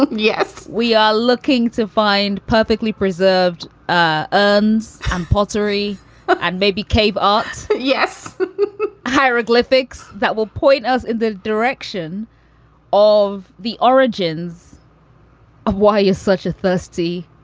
um yes we are looking to find perfectly preserved ah urns and pottery and maybe cave art. yes hieroglyphics that will point us in the direction of the origins of why you're such a thirsty